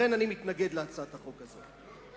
לכן, אני מתנגד להצעת החוק הזאת.